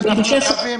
והעסקים.